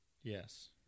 yes